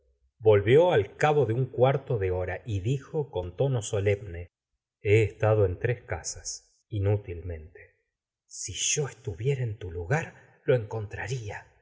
volvió al cabo de un cuarto de hora y dijo con tono solemne he estado en tres casas inutilmente si yo estuviera en tu lugar lo encontraría